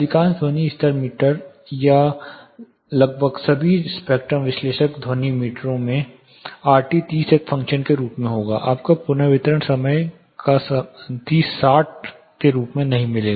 अधिकांश ध्वनि स्तर मीटर या लगभग सभी स्पेक्ट्रम विश्लेषक ध्वनि मीटरों में आरटी 30 एक फ़ंक्शन के रूप में होगा आपको पुनर्वितरण का समय 60 नहीं मिलेगा